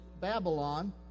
Babylon